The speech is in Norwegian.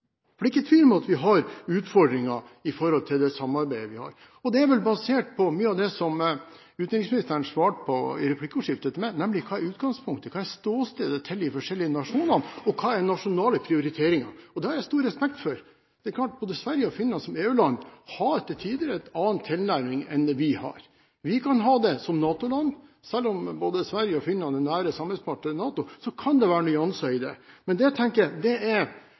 For det er ikke tvil om at vi har utfordringer når det gjelder det samarbeidet vi har. Det er vel basert på mye av det som utenriksministeren svarte til meg i replikkordskiftet: Hva er utgangspunktet, hva er ståstedet til de forskjellige nasjonene og hva er nasjonale prioriteringer? Og det har jeg stor respekt for. Det er klart at både Sverige og Finland, som EU-land, til tider har en annen tilnærming enn det vi har. Vi kan ha det som NATO-land. Selv om både Sverige og Finland er nære samarbeidspartnere med NATO, så kan det være nyanser i det. Men jeg tenker at det er